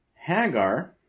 Hagar